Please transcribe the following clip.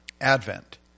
Advent